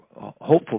hopeful